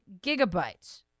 gigabytes